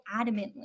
adamantly